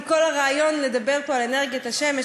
כי כל הרעיון מדבר פה על אנרגיית השמש,